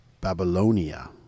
Babylonia